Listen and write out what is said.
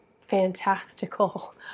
fantastical